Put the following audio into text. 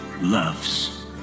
loves